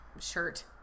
shirt